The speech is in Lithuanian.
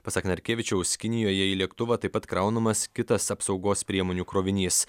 pasak narkevičiaus kinijoje į lėktuvą taip pat kraunamas kitas apsaugos priemonių krovinys